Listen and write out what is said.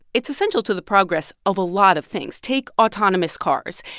it's essential to the progress of a lot of things. take autonomous cars.